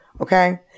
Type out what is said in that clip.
Okay